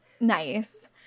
Nice